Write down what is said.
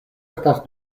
estas